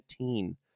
2019